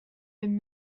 bum